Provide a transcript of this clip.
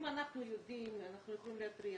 אם אנחנו יודעים אנחנו יכולים להתריע